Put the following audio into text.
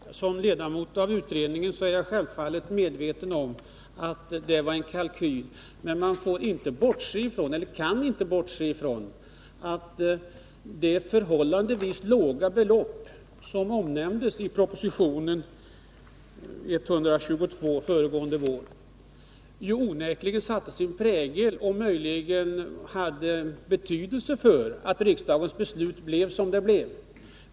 Herr talman! Som ledamot av utredningen är jag självfallet medveten om att det var en kalkyl. Men man får inte, och kan inte, bortse ifrån att det förhållandevis låga belopp som omnämndes i proposition 122 föregående vår onekligen satte sin prägel på riksdagens beslut och hade betydelse för att det blev som det blev.